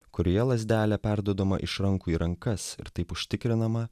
kurioje lazdelė perduodama iš rankų į rankas ir taip užtikrinama